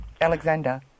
Alexander